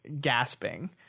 gasping